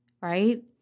right